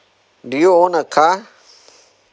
do you own a car